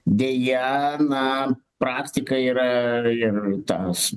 deja na praktika yra ir tas